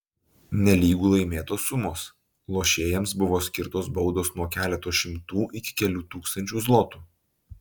nelygu laimėtos sumos lošėjams buvo skirtos baudos nuo keleto šimtų iki kelių tūkstančių zlotų